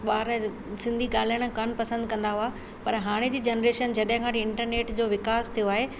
ॿार सिंधी ॻाल्हाइण कोन पसंदि कंदा हुआ पर हाणे जी जनरेशन जॾहिं खां वठी इंटरनेट जो विकास थियो आहे